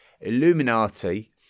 Illuminati